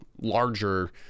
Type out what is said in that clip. larger